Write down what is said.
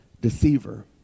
deceiver